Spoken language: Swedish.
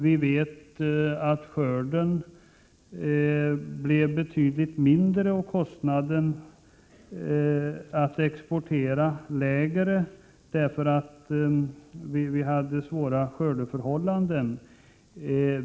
Vi vet nu att skörden blev betydligt mindre och exportkostnaden lägre därför att vi hade svåra skördeförhållanden.